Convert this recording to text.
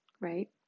right